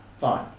Fine